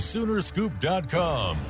Soonerscoop.com